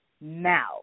now